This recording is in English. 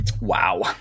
Wow